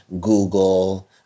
Google